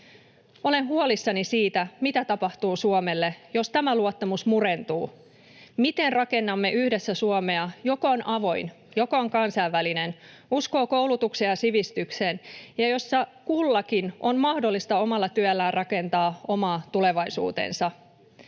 Olen huolissani siitä, mitä tapahtuu Suomelle, jos tämä luottamus murentuu. Miten rakennamme yhdessä Suomea, joka on avoin, joka on kansainvälinen, uskoo koulutukseen ja sivistykseen ja jossa kullakin on mahdollista omalla työllään rakentaa oma tulevaisuutensa?